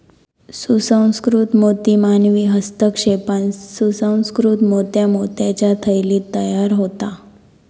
सुसंस्कृत मोती मानवी हस्तक्षेपान सुसंकृत मोत्या मोत्याच्या थैलीत तयार होता